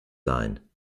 sein